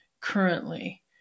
currently